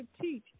teach